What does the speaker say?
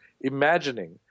imagining